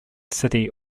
city